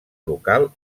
brocal